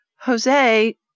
Jose